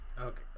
Okay